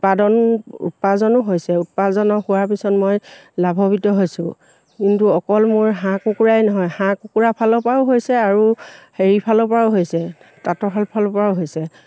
উৎপাদন উপাৰ্জনো হৈছে উপাৰ্জন হোৱাৰ পিছত মই লাভৱিত হৈছোঁ কিন্তু অকল মোৰ হাঁহ কুকুৰাই নহয় হাঁহ কুকুৰা ফালৰ পৰাও হৈছে আৰু হেৰি ফালৰ পৰাও হৈছে তাঁতৰ শাল ফালৰ পৰাও হৈছে